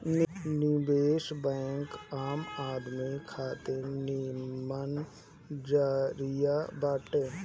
निवेश बैंक आमदनी खातिर निमन जरिया बाटे